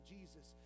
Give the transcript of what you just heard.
Jesus